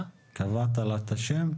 קבעת לה את השם?